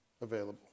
available